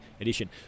Edition